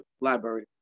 library